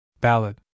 Ballad